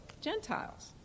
Gentiles